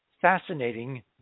fascinating